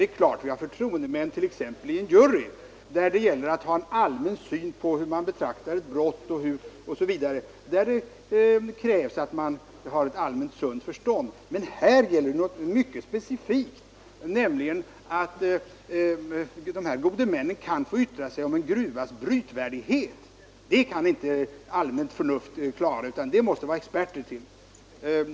Det är klart att vi har förtroendemän, t.ex. i en jury, där det gäller att ha en allmän syn på hur man bör betrakta ett brott osv., och där det krävs ett allmänt sunt förstånd. Men här gäller det något mycket specifikt, nämligen att gode männen kan få yttra sig om en gruvas brytvärdighet. Det kan inte vanligt sunt förnuft klara, detta måste det vara experter till.